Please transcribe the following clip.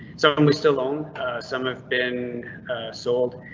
so we still own some have been sold.